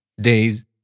days